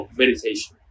meditation